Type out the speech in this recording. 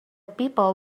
people